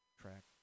track